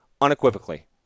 unequivocally